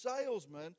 salesman